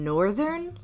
Northern